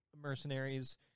mercenaries